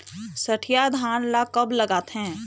सठिया धान ला कब लगाथें?